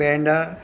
peda